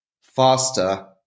faster